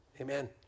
Amen